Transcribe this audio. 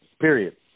Period